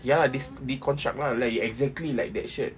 ya lah this deconstruct lah like you exactly like that shirt